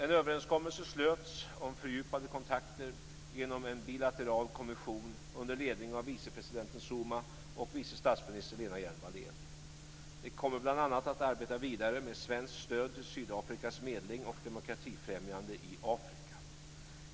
En överenskommelse slöts om fördjupade kontakter genom en bilateral kommission under ledning av vicepresidenten Zuma och vice statsminister Lena Hjelm-Wallén. Den kommer bl.a. att arbeta vidare med svenskt stöd till Sydafrikas medling och demokratifrämjande i Afrika.